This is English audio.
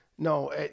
No